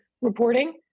reporting